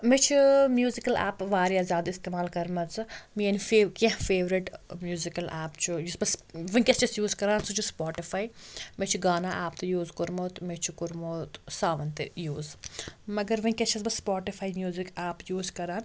مےٚ چھِ ٲں میٛوٗزکَل ایپہٕ واریاہ زیادٕ استعمال کٔرمَژٕ میٲنۍ فے کیٚنٛہہ فیورِٹ میٛوٗزِکَل ایپ چھُ یُس بہٕ وُنکیٚس چھَس یوٗز کَران سُہ چھُ سُپاٹِفاے مےٚ چھُ گانا ایپ تہِ یوٗز کوٚرمُت مےٚ چھُ کوٚرمُت ساوَن تہِ یوٗز مگر وُنکیٚس چھَس بہٕ سُپاٹِفاے میٛوٗزِک ایپ یوٗز کَران